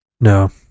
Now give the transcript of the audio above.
No